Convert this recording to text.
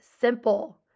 simple